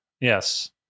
Yes